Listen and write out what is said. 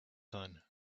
son